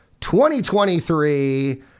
2023